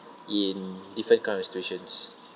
in different kind of situations